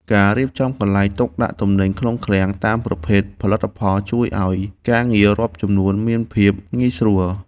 ការរៀបចំកន្លែងទុកដាក់ទំនិញក្នុងឃ្លាំងតាមប្រភេទផលិតផលជួយឱ្យការងាររាប់ចំនួនមានភាពងាយស្រួល។